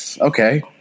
okay